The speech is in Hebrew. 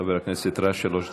חבר הכנסת רז, שלוש דקות,